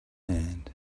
hand